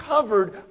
covered